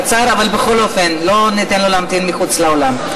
קצר, אבל בכל אופן לא ניתן לו להמתין מחוץ לאולם.